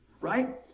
Right